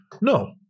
No